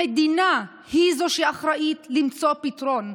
המדינה היא שאחראית למצוא פתרון.